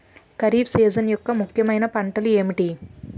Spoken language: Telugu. ఖరిఫ్ సీజన్ యెక్క ముఖ్యమైన పంటలు ఏమిటీ?